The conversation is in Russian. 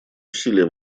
усилия